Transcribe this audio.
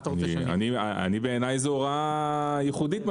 בעיני זה הוראה ייחודית.